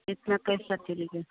इतना कैसा चलेगा